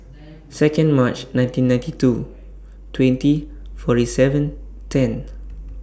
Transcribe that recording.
Second March nineteen ninety two twenty forty seven ten